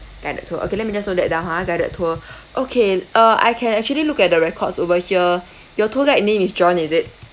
guided tour okay let me just note that down ha guided tour okay uh I can actually look at the records over here your tour guide name is john is it